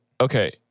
okay